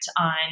on